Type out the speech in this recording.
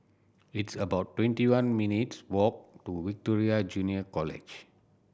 it's about twenty one minutes' walk to Victoria Junior College